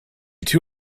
two